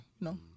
No